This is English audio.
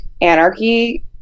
Anarchy